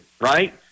right